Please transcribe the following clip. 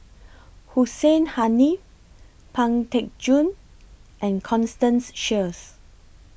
Hussein Haniff Pang Teck Joon and Constance Sheares